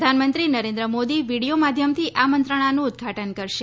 પ્રધાનમંત્રી નરેન્દ્ર મોદી વીડિયો માધ્યમથી આ મંત્રણાનું ઉદઘાટન કરશે